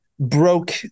broke